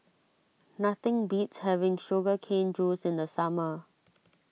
nothing beats having Sugar Cane Juice in the summer